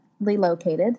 located